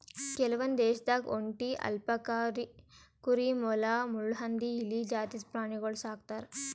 ಕೆಲವೊಂದ್ ದೇಶದಾಗ್ ಒಂಟಿ, ಅಲ್ಪಕಾ ಕುರಿ, ಮೊಲ, ಮುಳ್ಳುಹಂದಿ, ಇಲಿ ಜಾತಿದ್ ಪ್ರಾಣಿಗೊಳ್ ಸಾಕ್ತರ್